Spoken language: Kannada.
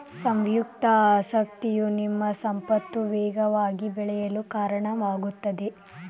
ಸಂಯುಕ್ತ ಆಸಕ್ತಿಯು ನಿಮ್ಮ ಸಂಪತ್ತು ವೇಗವಾಗಿ ಬೆಳೆಯಲು ಕಾರಣವಾಗುತ್ತದೆ